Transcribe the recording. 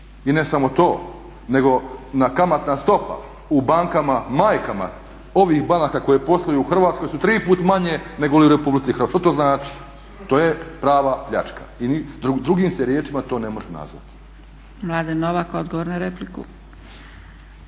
I ne samo to nego kamatna stopa u bankama majkama ovih banaka koje posluju u Hrvatskoj su tri puta manje nego u Republici Hrvatskoj. Što to znači? To je prava pljačka. Drugim se riječima to ne može nazvati. **Zgrebec, Dragica